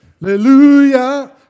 Hallelujah